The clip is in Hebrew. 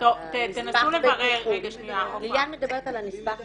ליליאן מדברת על הנספח בטיחות,